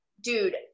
dude